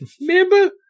Remember